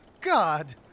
God